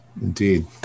Indeed